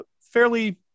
fairly